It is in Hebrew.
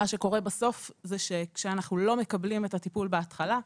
מה שקורה בסוף זה שכאשר אנחנו לא מקבלים את הטיפול בהתחלה,